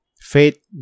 faith